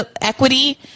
equity